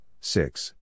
six